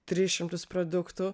tris šimtus produktų